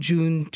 June